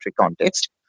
context